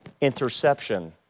interception